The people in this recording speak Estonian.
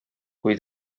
kui